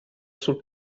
sul